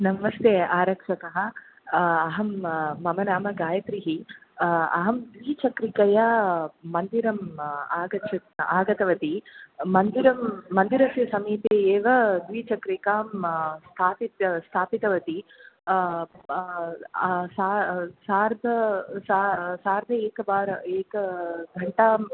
नमस्ते आरक्षक अहं मम नाम गायत्री अहं द्विचक्रिकया मन्दिरम् आगच्छ्त् आगतवती मन्दिरं मन्दिरस्य समीपे एव द्विचक्रिकां स्थापितव स्थापितवती प् सा सार्ध सा सार्ध एकवार एक घण्टां